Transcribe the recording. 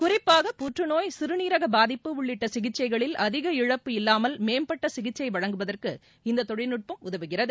குறிப்பாக புற்றநோய் சிறுநீரக பாதிப்பு உள்ளிட்ட சிகிச்சைகளில் அதிக இழப்பு இல்லாமல் மேம்பட்ட சிகிச்சை வழங்குவதற்கு இந்த தொழில்நுட்பம் உதவுகிறது